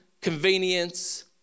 convenience